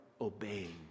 obeying